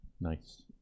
Nice